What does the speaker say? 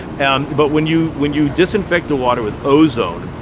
and but, when you when you disinfect the water with ozone,